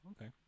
Okay